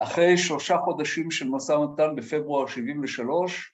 ‫אחרי שלושה חודשים ‫של משא ומתן בפברואר 73.